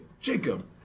Jacob